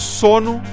sono